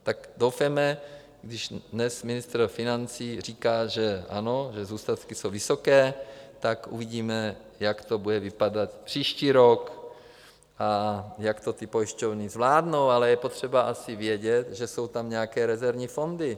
Tak doufejme, když dnes ministr financí říká, že ano, že zůstatky jsou vysoké, tak uvidíme, jak to bude vypadat příští rok a jak to ty pojišťovny zvládnou, ale je potřeba asi vědět, že jsou tam nějaké rezervní fondy.